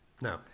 No